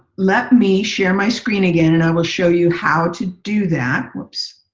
let me share my screen again and i will show you how to do that. oops.